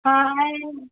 हा हाए